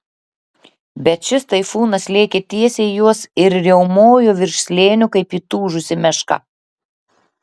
bet šis taifūnas lėkė tiesiai į juos ir riaumojo virš slėnio kaip įtūžusi meška